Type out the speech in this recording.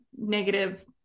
negative